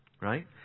right